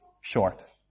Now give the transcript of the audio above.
short